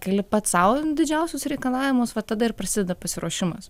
keli pats sau didžiausius reikalavimus va tada ir prasideda pasiruošimas